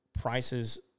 prices